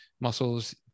muscles